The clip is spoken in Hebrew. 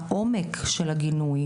העומק של הגינוי,